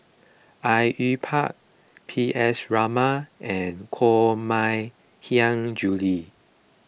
Au Yue Pak P S Raman and Koh Mui Hiang Julie